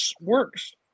works